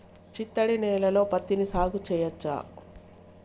చిత్తడి నేలలో పత్తిని సాగు చేయచ్చా?